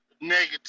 negative